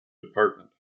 department